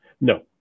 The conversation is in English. no